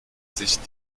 sich